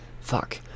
fuck